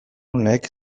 honek